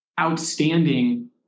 outstanding